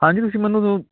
ਹਾਂਜੀ ਤੁਸੀਂ ਮੈਨੂੰ ਦੋ